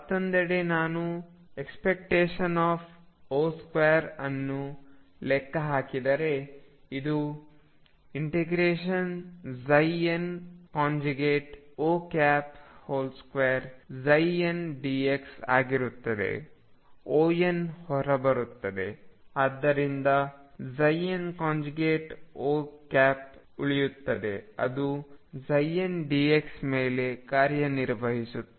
ಮತ್ತೊಂದೆಡೆ ನಾನು ⟨O2⟩ ಅನ್ನು ಲೆಕ್ಕ ಹಾಕಿದರೆ ಇದು ∫nO2ndx ಆಗಿರುತ್ತದೆOnಹೊರಬರುತ್ತದೆ ಅದರಿಂದ nOಉಳಿಯುತ್ತದೆ ಅದು n dx ಮೇಲೆ ಕಾರ್ಯನಿರ್ವಹಿಸುತ್ತದೆ